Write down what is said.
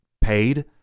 paid